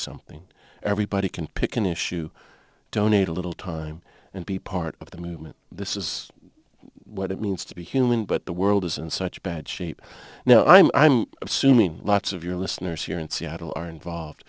something everybody can pick an issue donate a little time and be part of the movement this is what it means to be human but the world is in such bad shape now i'm i'm assuming lots of your listeners here in seattle are involved